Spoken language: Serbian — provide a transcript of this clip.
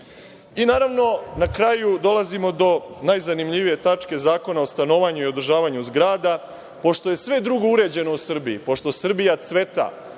funkciji. Naravno, na kraju dolazimo do najzanimljivije tačke Zakona o stanovanju i održavanju zgrada. Pošto je sve drugo uređeno u Srbiji, pošto Srbija cveta,